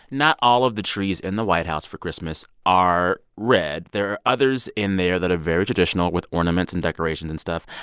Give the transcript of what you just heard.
not all of the trees in the white house for christmas are red. there are others in there that are very traditional with ornaments and decorations and stuff.